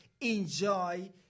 enjoy